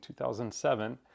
2007